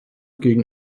gegen